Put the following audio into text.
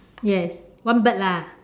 yes one bird lah